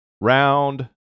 round